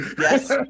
yes